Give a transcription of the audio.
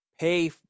pay